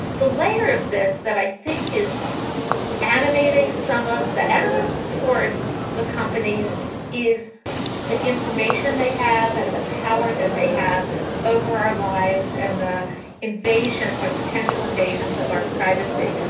the layer of this that i think is animating some of the animus towards the companies is the information they have and the power that they have over our lives and the invasions or potential invasions of our privacy,